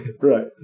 Right